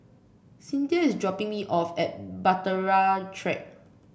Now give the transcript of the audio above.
Cinthia is dropping me off at Bahtera Track